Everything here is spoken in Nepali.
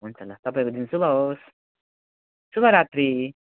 हुन्छ ल तपाईँको दिन शुभ होस् शुभरात्री